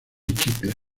chicle